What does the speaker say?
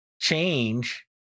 change